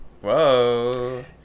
Whoa